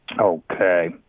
Okay